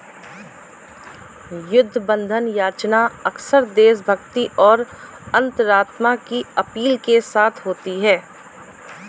युद्ध बंधन याचना अक्सर देशभक्ति और अंतरात्मा की अपील के साथ होती है